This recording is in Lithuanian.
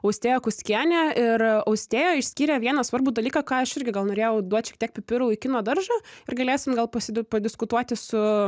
austėja kuskienė ir austėja išskyrė vieną svarbų dalyką ką aš irgi gal norėjau duot šiek tiek pipirų į kito daržą ir galėsim gal pasid padiskutuoti su